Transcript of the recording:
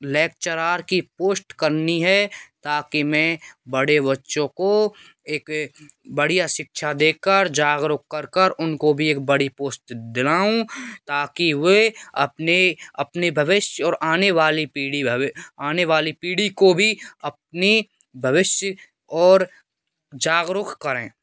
lecturer की post करनी है ताकि मैं बड़े बच्चों को एक एक बढ़िया शिक्षा देकर जागरूक कर कर उनको भी एक बड़ी पोस्ट दिलाऊँ ताकि वे अपने अपने भविष्य और आने वाली पीढ़ी भावी आने वाली पीढ़ी को भी अपनी भविष्य और जागरूक करें